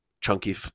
Chunky